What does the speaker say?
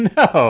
no